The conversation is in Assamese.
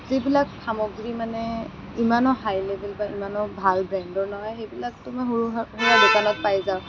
যিবিলাক সামগ্ৰী মানে ইমানো হাই লেভেল বা ইমানো ভাল ব্ৰেণ্ডৰ নহয় সেইবিলাকতো মই সৰু সুৰা দোকানত পাই যাওঁ